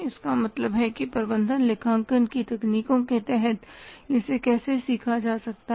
इसका मतलब है कि प्रबंधन लेखांकन की तकनीकों के तहत इसे कैसे सीखा जा सकता है